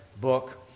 book